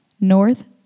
north